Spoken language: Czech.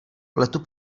pletu